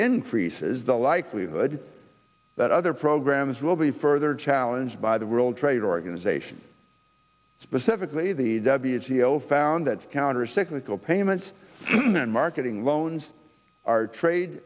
increases the likelihood that other programs will be further challenged by the world trade organization specifically the w c l found that countercyclical payments and marketing loans are trade